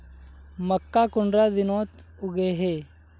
मक्का कुंडा दिनोत उगैहे?